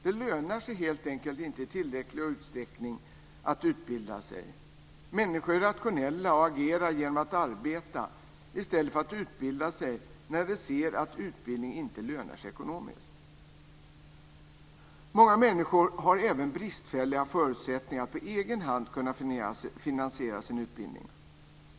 Det lönar sig helt enkelt inte i tillräcklig utsträckning att utbilda sig. Människor är rationella och agerar genom att arbeta i stället för att utbilda sig när de ser att utbildning inte lönar sig ekonomiskt. Många människor har även bristfälliga förutsättningar att på egen hand kunna finansiera sin utbildning.